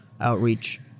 outreach